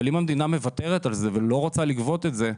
אבל אם המדינה מוותרת על זה ולא רוצה לגבות את זה,